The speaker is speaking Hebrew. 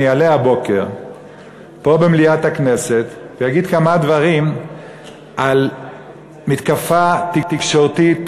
אעלה הבוקר פה במליאת הכנסת ואגיד כמה דברים על מתקפה תקשורתית,